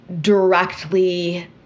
directly